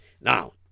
Now